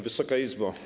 Wysoka Izbo!